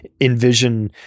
envision